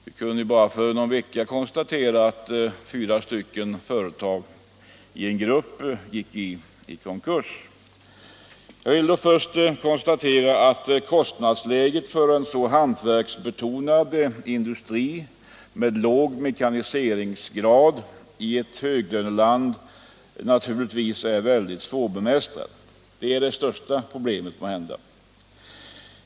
Vi kunde ju för bara någon vecka sedan konstatera att fyra enheter i en företagsgrupp gick i konkurs. Jag vill då först konstatera att kostnadsläget för denna så hantverksbetonade industri, med låg mekaniseringsgrad, i ett höglöneland naturligtvis är mycket svårbemästrat. Det är måhända det största problemet.